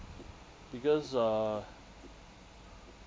because uh